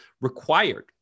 required